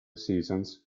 seasons